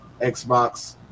Xbox